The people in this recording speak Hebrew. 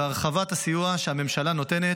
בהרחבת הסיוע שהממשלה נותנת,